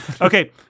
Okay